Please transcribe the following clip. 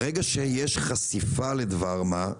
ברגע שיש חשיפה לדבר מה,